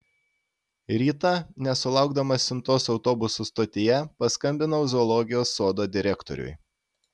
rytą nesulaukdamas siuntos autobusų stotyje paskambinau zoologijos sodo direktoriui